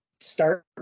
start